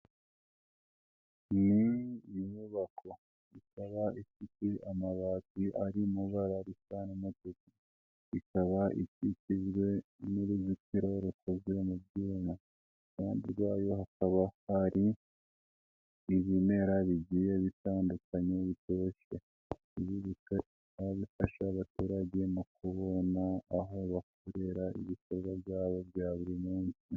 Ni inyubako, ikaba ifite amabati ari mu ibara risa n'umutuku, ikaba ikikijwe n'uruzitiro rukozwe mu byuma iruhande rwayo hakaba hari ibimera bigiye bitandukanye bitoshye, ibi bika bifasha abaturage mu kubona aho bakorera ibikorwa byabo bya buri munsi.